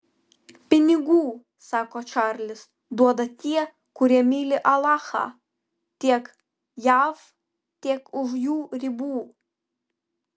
pinigų sako čarlis duoda tie kurie myli alachą tiek jav tiek už jų ribų